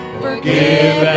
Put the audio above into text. forgive